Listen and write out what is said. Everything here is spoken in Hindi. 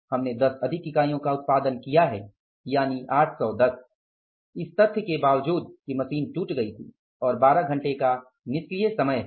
हमने 10 अधिक इकाइयों का उत्पादन किया है यानि 810 इस तथ्य के बावजूद कि मशीन टूट गई थी और 12 घंटे का निष्क्रिय समय था